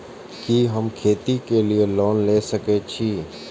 कि हम खेती के लिऐ लोन ले सके छी?